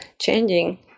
changing